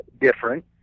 different